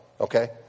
Okay